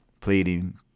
pleading